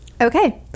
Okay